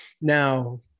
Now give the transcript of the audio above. Now